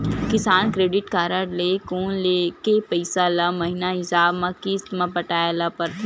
किसान credit card के loan के पइसा ल महिना हिसाब म किस्त म पटाए ल परथे